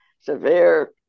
severe